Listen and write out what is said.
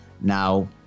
Now